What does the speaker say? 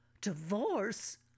Divorce